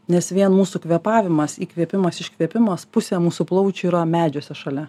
nes vien mūsų kvėpavimas įkvėpimas iškvėpimas pusė mūsų plaučių yra medžiuose šalia